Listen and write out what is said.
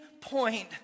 point